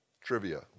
Trivia